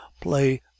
play